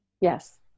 Yes